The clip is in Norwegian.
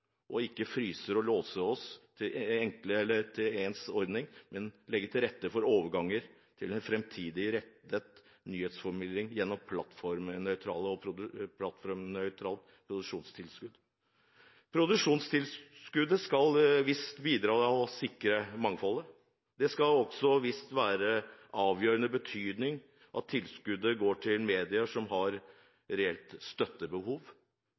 ikke fryse fast og låse oss til en ens ordning, men legge til rette for overganger til en fremtidsrettet nyhetsformidling gjennom plattformnøytralt produksjonstilskudd. Produksjonstilskuddet skal visst bidra til å sikre mangfoldet. Det skal visst også være av avgjørende betydning at tilskuddet går til medier som har reelt støttebehov,